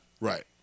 Right